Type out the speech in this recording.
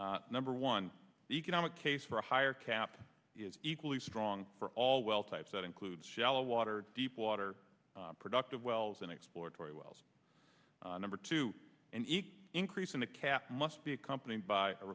number one economic case for a higher cap is equally strong for all well types that include shallow water deep water productive wells and exploratory wells number two and eat increasing the cap must be accompanied by a